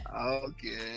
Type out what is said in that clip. Okay